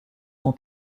son